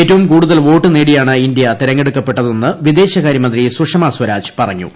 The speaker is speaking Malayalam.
ഏറ്റവും കൂടുതൽ വോട്ട് നേടിയാണ് ഇന്ത്യ തെരഞ്ഞെടുക്കപ്പെട്ടതെന്ന് വിദേശകാര്യമന്ത്രി സുഷമ സ്വരാജ് പറഞ്ഞു